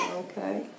Okay